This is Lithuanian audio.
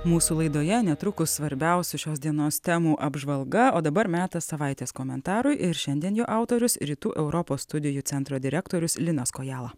mūsų laidoje netrukus svarbiausių šios dienos temų apžvalga o dabar metas savaitės komentarui ir šiandien jo autorius rytų europos studijų centro direktorius linas kojala